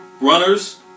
Runners